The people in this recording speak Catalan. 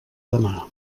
demà